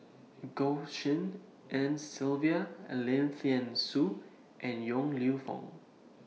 Goh Tshin En Sylvia Lim Thean Soo and Yong Lew Foong